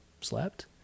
slept